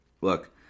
look